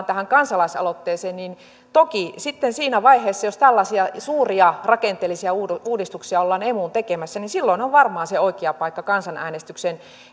tähän kansalaisaloitteeseen niin toki sitten siinä vaiheessa jos tällaisia suuria rakenteellisia uudistuksia ollaan emuun tekemässä silloin on varmaan se oikea paikka kansanäänestykseen